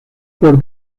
por